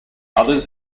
others